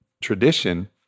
tradition